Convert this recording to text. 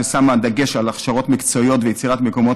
ששמה דגש על הכשרות מקצועיות ויצירת מקומות